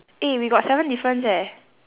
eh we got seven difference eh